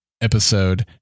episode